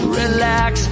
relax